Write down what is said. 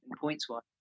points-wise